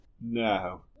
No